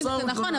נכון.